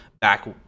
back